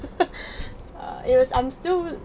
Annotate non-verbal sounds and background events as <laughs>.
<laughs> <breath> err yes I'm still